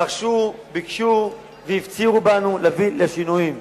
דרשו, ביקשו והפצירו בנו להביא לשינויים.